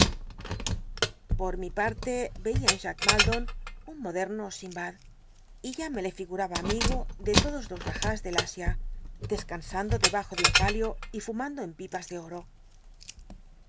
por mi parle cía en jack maldon un mo ic simbad y ya me le figuraba amigo de lodos los rajahs del asia descansando debajo de un palio y fumando en pipas de oro